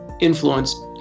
influence